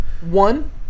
one